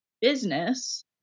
business